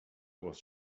was